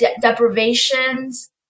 deprivations